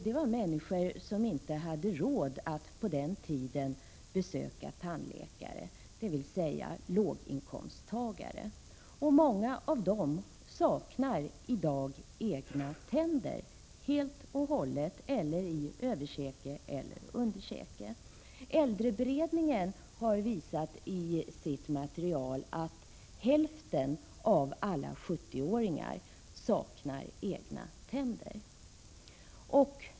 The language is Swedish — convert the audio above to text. Det var människor som inte hade råd att på den tiden besöka tandläkare, dvs. låginkomsttagare. Många av dessa människor saknar i dag egna tänder — helt och hållet eller i endera överkäke eller underkäke. Äldreberedningen har i sitt material visat att hälften av alla 70-åringar saknar egna tänder.